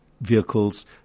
vehicles